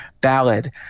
ballad